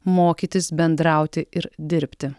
mokytis bendrauti ir dirbti